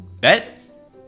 Bet